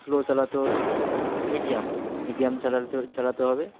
slow চালাতে হবে medium medium চালাতে চালাতে হবে